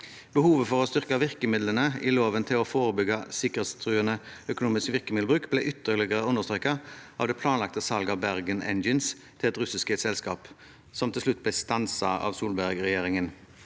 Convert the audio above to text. Behovet for å styrke virkemidlene i loven for å forebygge sikkerhetstruende økonomisk virkemiddelbruk ble ytterligere understreket av det planlagte salget av Bergen Engines til et russisk selskap, som til slutt ble stanset av Solberg-regjeringen.